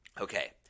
Okay